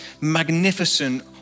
magnificent